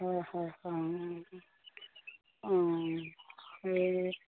হয় হয়